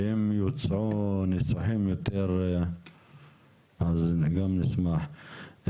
ואם יוצעו ניסוחים יותר אז גם נשמח.